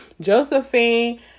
Josephine